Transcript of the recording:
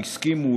הסכימו,